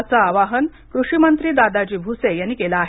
असं आवाहन कृषीमंत्री दादाजी भूसे यांनी केलं आहे